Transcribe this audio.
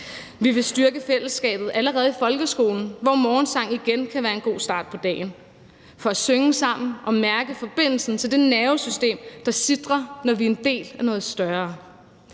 Vi vil styrke fællesskabet allerede i folkeskolen, hvor morgensang igen kan blive en god start på dagen, for at synge sammen og mærke forbindelsen til det nervesystem, der sitrer, når vi er en del af noget større,